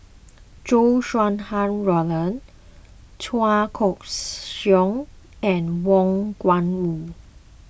Chow Sau Hai Roland Chua Koon Siong and Wang Gungwu